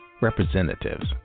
Representatives